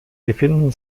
befinden